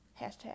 Hashtag